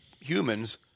humans